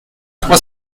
trois